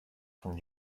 von